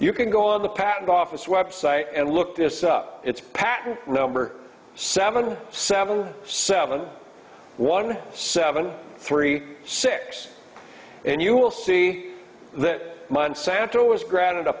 you can go on the patent office website and look this up its patent number seven seven seven one seven three six and you will see that monsanto was granted a